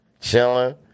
chilling